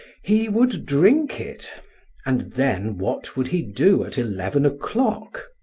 he would drink it and then what would he do at eleven o'clock?